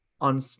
on